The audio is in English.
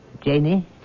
Janie